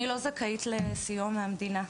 אני לא זכאית לסיוע מהמדינה.